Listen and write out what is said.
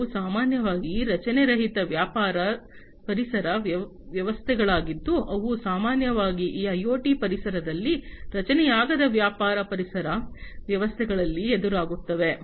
ಅವು ಸಾಮಾನ್ಯವಾಗಿ ರಚನೆರಹಿತ ವ್ಯಾಪಾರ ಪರಿಸರ ವ್ಯವಸ್ಥೆಗಳಾಗಿದ್ದು ಅವು ಸಾಮಾನ್ಯವಾಗಿ ಈ ಐಒಟಿ ಪರಿಸರದಲ್ಲಿ ರಚನೆಯಾಗದ ವ್ಯಾಪಾರ ಪರಿಸರ ವ್ಯವಸ್ಥೆಗಳಲ್ಲಿ ಎದುರಾಗುತ್ತವೆ